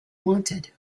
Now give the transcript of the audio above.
wanted